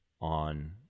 on